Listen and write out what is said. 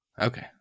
Okay